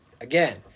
again